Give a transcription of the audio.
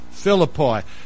philippi